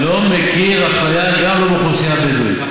לא מכיר אפליה, גם לא של האוכלוסייה הבדואית.